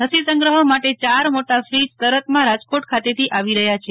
રસીસગહ માટે ચાર મોટા ફોજ તરતમાં રાજકોટ ખાતેથી આવી રહયા છે